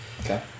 Okay